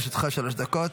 בבקשה, לרשותך שלוש דקות.